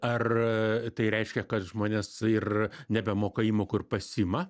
ar tai reiškia kad žmonės ir nebemoka įmokų ir pasiima